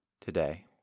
today